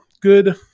good